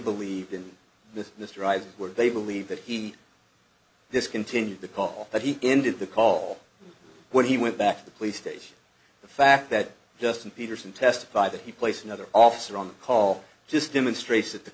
believe in this this drive where they believe that he this continued the call but he ended the call when he went back to the police station the fact that justin peterson testified that he placed another officer on the call just demonstrates that the